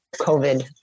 COVID